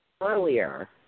earlier